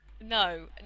No